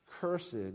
Cursed